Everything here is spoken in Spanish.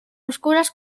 oscuras